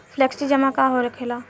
Flexi जमा का होखेला?